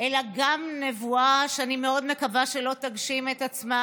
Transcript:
אלא גם נבואה שאני מאוד מקווה שלא תגשים את עצמה,